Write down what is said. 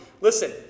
Listen